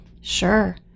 Sure